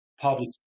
public